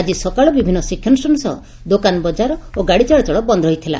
ଆଜି ସକାଳୁ ବିଭିନ୍ ଶିକ୍ଷାନୁଷ୍ଠାନ ସହ ଦୋକାନ ବକାର ଓ ଗାଡ଼ି ଚଳାଚଳ ବନ୍ଦ ରହିଥିଲା